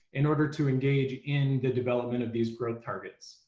in order to engage in the development of these growth targets.